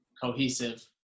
cohesive